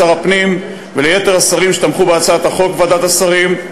לשר הפנים וליתר השרים שתמכו בהצעת החוק בוועדת השרים,